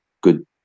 good